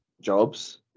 jobs